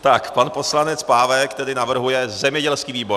Tak pan poslanec Pávek tedy navrhuje zemědělský výbor.